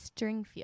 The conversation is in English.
Stringfield